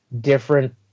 different